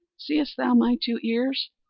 seest thou my two ears!